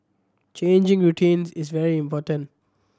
changing routines is very important